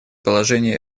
положений